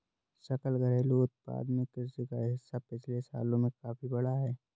सकल घरेलू उत्पाद में कृषि का हिस्सा पिछले सालों में काफी बढ़ा है